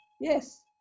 yes